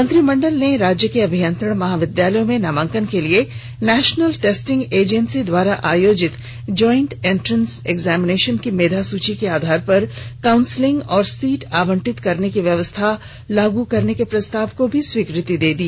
मंत्रिमंडल ने राज्य के अभियंत्रण महाविद्यालयों में नामांकन के लिए नेशनल टेस्टिंग एजेंसी द्वारा आयोजित ज्वाइंट एंट्रेंस एग्जामिनेशन की मेधा सूची के आधार पर काउंसलिंग और सीट आवंटित करने की व्यवस्था लागू करने के प्रस्ताव को भी स्वीकृति दे दी